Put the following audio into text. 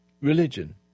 religion